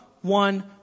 one